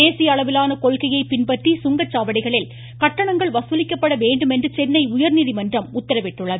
தேசிய அளவிலான கொள்கையை பின்பற்றி கங்கச்சாவடிகளில் கட்டணங்கள் வசூலிக்கப்பட வேண்டும் என்று சென்னை உயர்நீதி மன்றம் உத்தரவிட்டுள்ளது